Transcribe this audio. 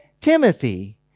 Timothy